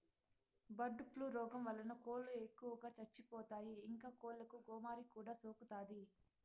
bird flu రోగం వలన కోళ్ళు ఎక్కువగా చచ్చిపోతాయి, ఇంకా కోళ్ళకు గోమారి కూడా సోకుతాది